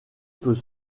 peut